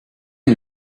une